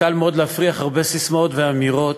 קל מאוד להפריח הרבה ססמאות ואמירות,